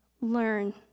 Learn